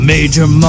Major